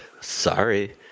sorry